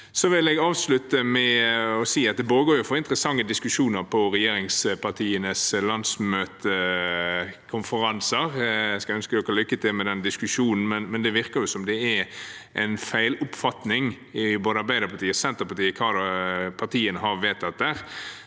Jeg vil avslutte med å si at det borger for interessante diskusjoner på regjeringspartienes landsmøter og konferanser. Jeg ønsker lykke til med diskusjonen, men det virker som det er en feiloppfatning, både i Arbeiderpartiet og i Senterpartiet,